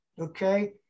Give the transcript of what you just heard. Okay